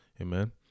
Amen